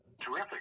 terrific